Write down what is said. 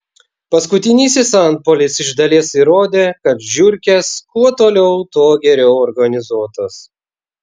paskutinysis antpuolis iš dalies įrodė kad žiurkės kuo toliau tuo geriau organizuotos